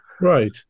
Right